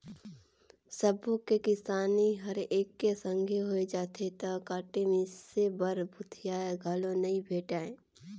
सबो के किसानी हर एके संघे होय जाथे त काटे मिसे बर भूथिहार घलो नइ भेंटाय